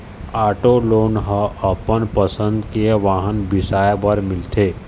auto loan ह अपन पसंद के वाहन बिसाए बर मिलथे